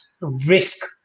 risk